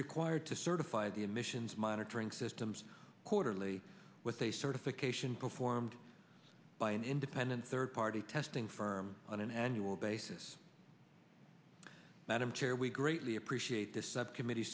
required to certify the emissions monitoring systems quarterly with a certification performed by an independent third party testing firm on an annual basis madam chair we greatly appreciate the subcommittee